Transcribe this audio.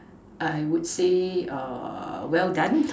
I would say err well done